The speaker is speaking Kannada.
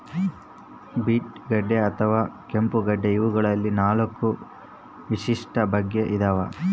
ಬೀಟ್ ಗಡ್ಡೆ ಅಥವಾ ಕೆಂಪುಗಡ್ಡೆ ಇವಗಳಲ್ಲಿ ನಾಲ್ಕು ವಿಶಿಷ್ಟ ಬಗೆ ಇದಾವ